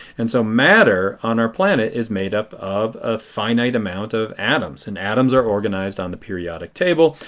and so matter, on our planet, is made up of a finite amount of atoms. and atoms are organized on the periodic table.